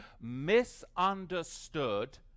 misunderstood